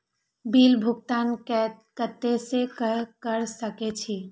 Bill भुगतान केते से कर सके छी?